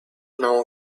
now